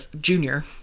junior